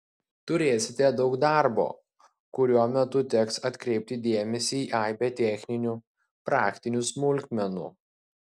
turėsite daug darbo kurio metu teks atkreipti dėmesį į aibę techninių praktinių smulkmenų